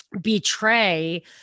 betray